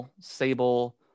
sable